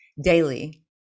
daily